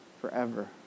forever